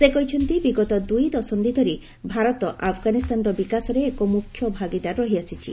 ସେ କହିଛନ୍ତି ବିଗତ ଦୂଇ ଦଶନ୍ଧି ଧରି ଭାରତ ଆଫ୍ଗାନିସ୍ତାନର ବିକାଶରେ ଏକ ମୁଖ୍ୟ ଭାଗିଦାର ରହିଆସିଛି